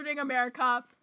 america